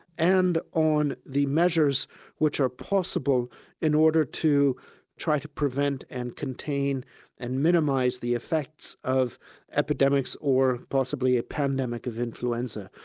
and on the measures which are possible in order to try to prevent and contain and minimise the effects of epidemics or possibly a pandemic of influenza.